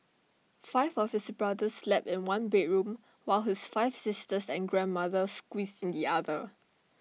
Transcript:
five of his brothers slept in one bedroom while his five sisters and grandmother squeezed in the other